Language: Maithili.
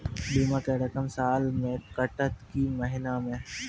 बीमा के रकम साल मे कटत कि महीना मे?